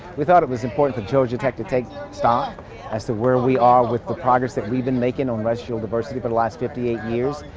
we thought it was important for georgia tech to take stock as to where we are with the progress that we've been making on racial diversity for the last fifty eight years.